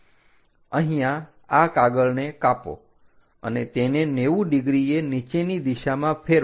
અહીંયા આ કાગળને કાપો અને તેને 90 ડિગ્રીએ નીચેની દિશામાં ફેરવો